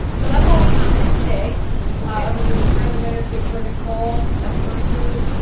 so that's all we have here today like other than the three other winners which were nicole espiritu,